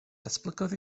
datblygodd